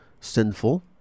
sinful